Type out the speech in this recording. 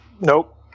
Nope